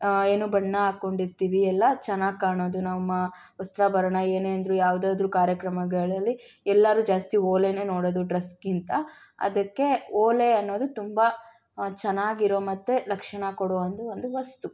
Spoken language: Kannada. ಏನು ಬಣ್ಣ ಹಾಕೊಂಡಿರ್ತೀವಿ ಎಲ್ಲ ಚೆನ್ನಾಗಿ ಕಾಣೋದು ನಮ್ಮ ವಸ್ತ್ರಾಭರಣ ಏನೇ ಅಂದರೂ ಯಾವುದಾದ್ರೂ ಕಾರ್ಯಕ್ರಮಗಳಲ್ಲಿ ಎಲ್ಲರೂ ಜಾಸ್ತಿ ಓಲೆನೆ ನೋಡೋದು ಡ್ರಸ್ಗಿಂತ ಅದಕ್ಕೆ ಓಲೆ ಅನ್ನೋದು ತುಂಬ ಚೆನ್ನಾಗಿರೊ ಮತ್ತು ಲಕ್ಷಣ ಕೊಡುವ ಒಂದು ಒಂದು ವಸ್ತು